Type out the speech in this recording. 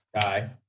guy